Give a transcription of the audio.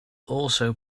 also